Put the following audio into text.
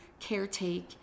caretake